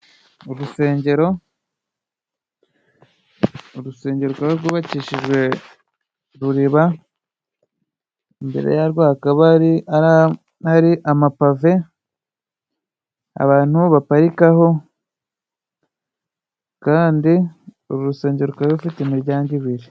Urusengero : Urusengero rwari rwubakishijwe ruriba imbere yarwo hakaba hari amapave abantu baparikaho, kandi uru rusengero rukaba rufite imiryango ibiri.